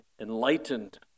enlightened